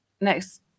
Next